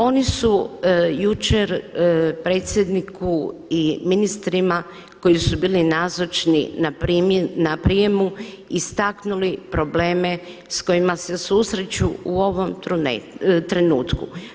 Oni su jučer predsjedniku i ministrima koji su bili nazočni na prijemu istaknuli probleme sa kojima se susreću u ovom trenutku.